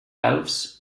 elves